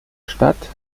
stadt